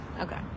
okay